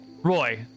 Roy